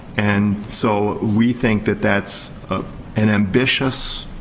and so, we think that that's an ambitious,